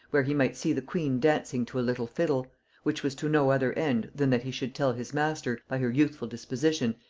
where he might see the queen dancing to a little fiddle which was to no other end than that he should tell his master, by her youthful disposition,